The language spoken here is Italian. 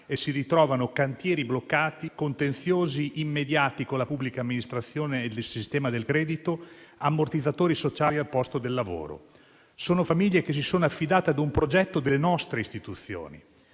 e si ritrovano cantieri bloccati, contenziosi immediati con la pubblica amministrazione e del sistema del credito, ammortizzatori sociali al posto del lavoro. Sono famiglie che si sono affidate ad un progetto delle nostre Istituzioni.